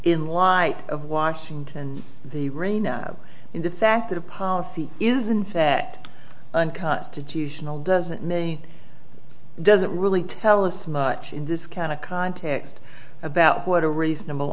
in light of washington the rayna in the fact that a policy isn't that unconstitutional doesn't mean doesn't really tell us much in this kind of context about what a reasonable